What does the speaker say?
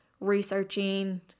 researching